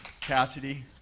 Cassidy